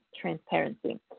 transparency